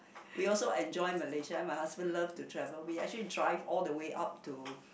we also enjoy Malaysia my husband love to travel we actually drive all the way up to